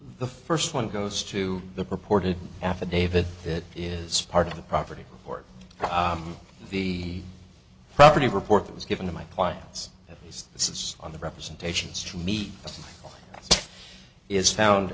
the first one goes to the purported affidavit that is part of the property for the property report that was given to my clients at least it's on the representations to meet is found